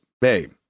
babe